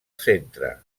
centre